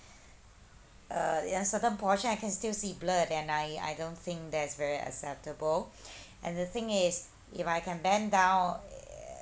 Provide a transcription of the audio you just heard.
uh ya on certain portion I can still see blood and I I don't think that's very acceptable and the thing is if I can bend down